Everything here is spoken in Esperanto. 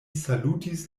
salutis